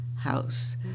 house